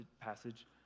passage